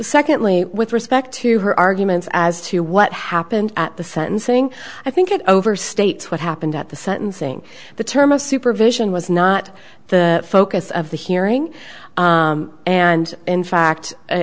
secondly with respect to her arguments as to what happened at the sentencing i think it overstates what happened at the sentencing the term of supervision was not the focus of the hearing and in fact